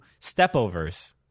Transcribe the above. stepovers